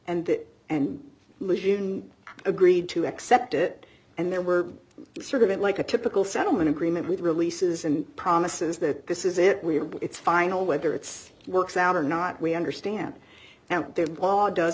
and that and illusion agreed to accept it and there were sort of it like a typical settlement agreement with releases and promises that this is it we are but it's final whether it's works out or not we understand now their blog does